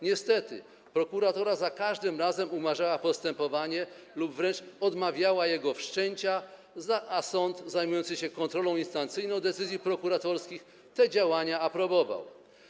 Niestety prokuratura za każdym razem umarzała postępowanie lub wręcz odmawiała jego wszczęcia, a sąd zajmujący się kontrolą instancyjną decyzji prokuratorskich te działania aprobował.